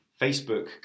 Facebook